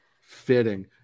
Fitting